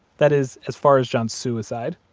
that is, as far as john's suicide,